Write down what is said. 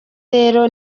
rero